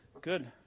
good